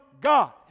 God